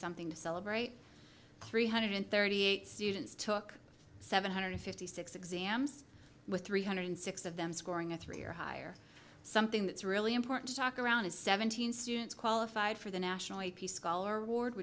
something to celebrate three hundred thirty eight students took seven hundred fifty six exams with three hundred six of them scoring a three or higher something that's really important to talk around is seventeen students qualified for the national a p scholar ward